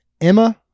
Emma